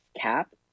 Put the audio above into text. cap